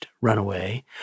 runaway